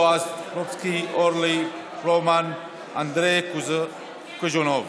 בועז טופורובסקי, אורלי פרומן, אנדרי קוז'ינוב,